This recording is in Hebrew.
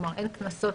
כלומר, אין קנסות.